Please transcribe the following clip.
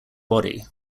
body